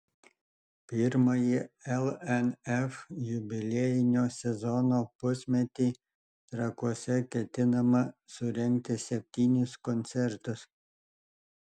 pirmąjį lnf jubiliejinio sezono pusmetį trakuose ketinama surengti septynis koncertus